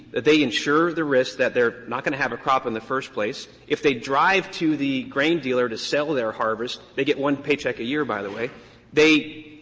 they insure the risk that they're not going to have a crop in the first place. if they drive to the grain dealer to sell their harvest they get one paycheck a year, by the way they,